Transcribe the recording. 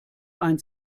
ein